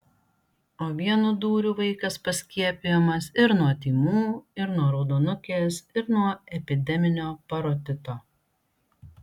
o vienu dūriu vaikas paskiepijamas ir nuo tymų ir nuo raudonukės ir nuo epideminio parotito